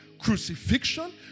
crucifixion